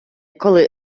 коли